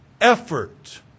effort